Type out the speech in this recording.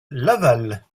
laval